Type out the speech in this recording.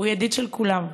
הוא ידיד של כולם,